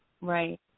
right